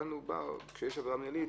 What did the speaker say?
כאן, כשיש עבירה מינהלית,